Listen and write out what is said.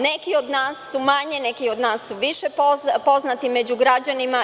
Neki od nas su manje, neki od nas su više poznati među građanima.